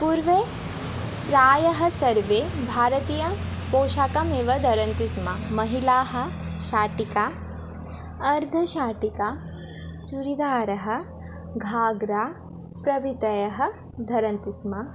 पूर्वे प्रायः सर्वे भारतीय पोषाखम् एव धरन्ति स्म महिलाः शाटिका अर्धशाटिका चुरिदारः घाग्रा प्रवितयः धरन्ति स्म